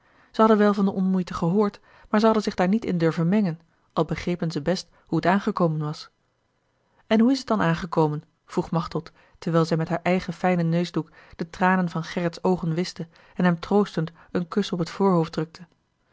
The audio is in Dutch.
zij hadden wel van de onmoeite gehoord maar zij hadden zich daar niet in durven mengen al begrepen ze best hoe t aangekomen was en hoe is t dan aangekomen vroeg machteld terwijl zij met haar eigen fijnen neusdoek de tranen van gerrits oogen wischte en hem troostend een kus op het voorhoofd drukte